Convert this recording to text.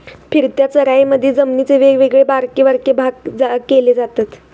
फिरत्या चराईमधी जमिनीचे वेगवेगळे बारके बारके भाग केले जातत